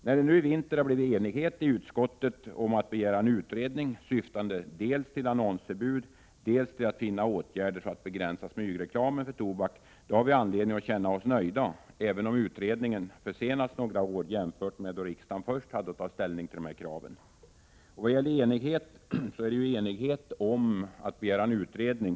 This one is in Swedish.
När det nu i vinter blivit enighet i utskottet om att begära en utredning, syftande dels till annonsförbud, dels till att finna åtgärder för att begränsa smygreklamen för tobak, har vi anledning att känna oss nöjda, även om utredningen försenats några år jämfört med då riksdagen först hade att ta ställning till det här kravet. Det råder nu enighet om att begära en utredning.